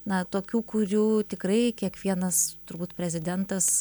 na tokių kurių tikrai kiekvienas turbūt prezidentas